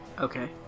Okay